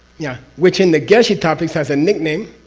yeah. which in the geshe topics, has a nickname?